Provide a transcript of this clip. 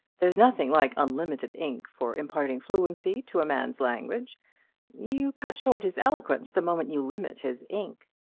there's nothing like unlimited ink for imparting fluency to a man's language you cut short his eloquence the moment you limit his ink.